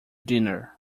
dinner